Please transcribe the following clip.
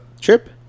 trip